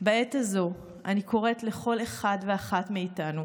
בעת הזאת אני קוראת לכל אחד ואחת מאיתנו